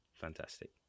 fantastic